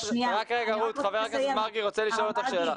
------ רגע, ח"כ מרגי רוצה לשאול אותך שאלה.